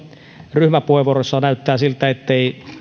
ryhmäpuheenvuorossa näyttää siltä ettei